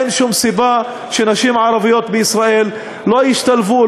אין שום סיבה שנשים ערביות בישראל לא ישתלבו,